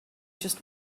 just